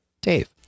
Dave